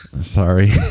Sorry